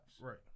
Right